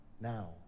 now